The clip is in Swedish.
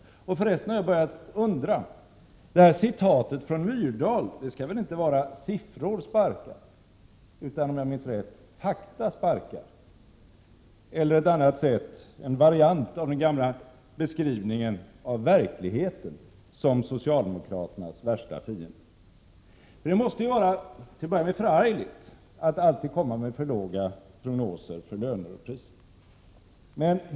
Jag har förresten börjat undra — det där citatet från Myrdal skall väl inte vara ”siffror sparkar” utan, om jag minns rätt, ”fakta sparkar”, en variant av den gamla beskrivningen av verkligheten som socialdemokraternas värsta fiende. Det måste ju vara förargligt att alltid komma med för låga prognoser för löner och priser.